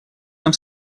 нам